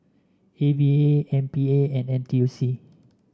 A V A M P A and N T U C